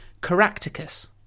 Caractacus